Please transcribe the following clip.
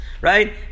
right